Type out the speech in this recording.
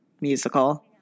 musical